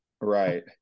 Right